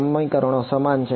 સમીકરણો સમાન છે